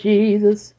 Jesus